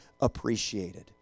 appreciated